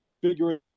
figuring